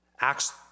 Acts